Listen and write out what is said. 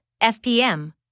fpm